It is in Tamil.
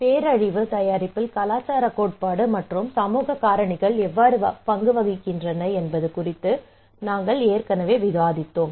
பேரழிவு தயாரிப்பில் கலாச்சார கோட்பாடு மற்றும் சமூக காரணிகள் எவ்வாறு பங்கு வகிக்கின்றன என்பது குறித்து நாங்கள் ஏற்கனவே விவாதித்தோம்